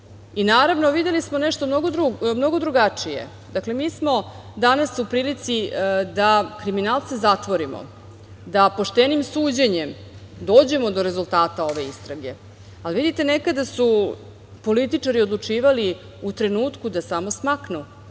i, naravno, videli smo nešto mnogo drugačije. Dakle, mi smo danas u prilici da kriminalce zatvorimo, da poštenim suđenjem dođemo do rezultata ove istrage, ali vidite, nekada su političari odlučivali u trenutku da samo smaknu